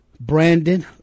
Brandon